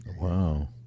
Wow